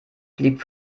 blieb